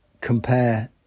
compare